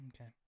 Okay